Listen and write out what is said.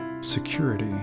security